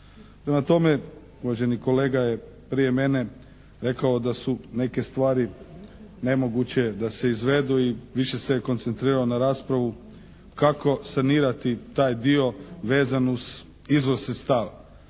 Prema tome, uvaženi kolega je prije mene rekao da su neke stvari nemoguće da se izvedu i više se koncentrirao na raspravu kako sanirati taj dio vezan uz izvoz sredstava.